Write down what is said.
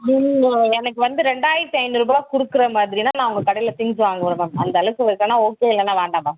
நீங்கள் எனக்கு வந்து ரெண்டாயிரத்தி ஐந்நூறுபா கொடுக்குற மாதிரினா நான் உங்கள் கடையில் திங்ஸ் வாங்குவேன் மேம் அந்த அளவுக்கு ஓகே இல்லைனா வேண்டாம் மேம்